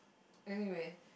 anyway